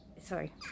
sorry